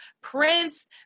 Prince